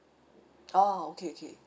orh okay okay